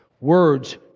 Words